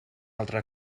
altra